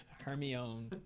Hermione